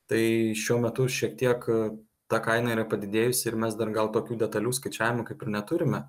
tai šiuo metu šiek tiek ta kaina yra padidėjusi ir mes dar gal tokių detalių skaičiavimų kaip ir neturime